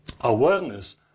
awareness